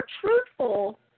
truthful